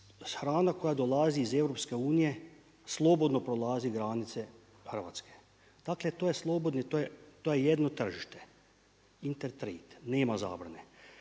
Hrana koja dolazi iz EU slobodno prolazi granice Hrvatske, dakle to je slobodni, to je jedno tržište, inter trade, nema zabrane.